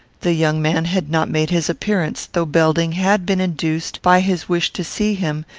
the young man had not made his appearance, though belding had been induced, by his wish to see him,